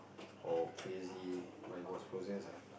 or crazy but he was possessed ah